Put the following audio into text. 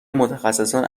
متخصصان